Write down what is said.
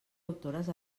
autores